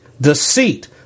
deceit